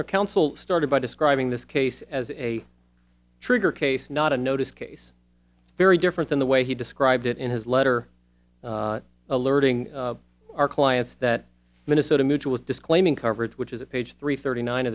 to counsel started by describing this case as a trigger case not a notice case very different than the way he described it in his letter alerting our clients that minnesota mutuals disclaiming coverage which is a page three thirty nine